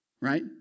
Right